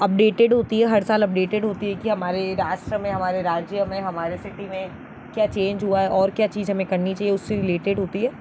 updated होती हैं हर साल अपडेटेड होती हैं कि हमारे राष्ट्र में हमारे राज्य में हमारे सिटी में क्या चेंज हुआ है और क्या चीज़ हमें करनी चाहिए उससे रिलेटेड होती है